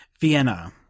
Vienna